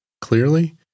clearly